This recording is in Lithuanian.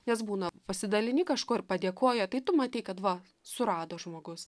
nes būna pasidalini kažkuo ir padėkoja tai tu matei kad va surado žmogus